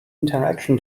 interaction